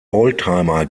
oldtimer